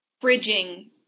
bridging